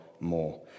More